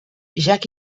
jack